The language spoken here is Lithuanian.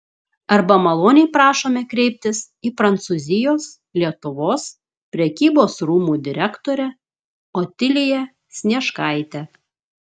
arba maloniai prašome kreiptis į prancūzijos lietuvos prekybos rūmų direktorę otiliją snieškaitę